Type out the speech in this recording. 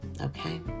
Okay